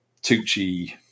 Tucci